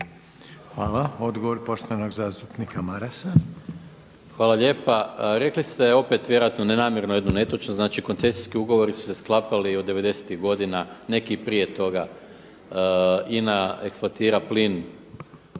Hvala. Odgovor poštovanog zastupnika Marasa. **Maras, Gordan (SDP)** Hvala lijepa. Reli ste opet, vjerojatno ne namjerno, jednu netočnost, znači koncesijski ugovori su se sklapali od '90.-tih godina, neki i prije toga. INA eksploatira plin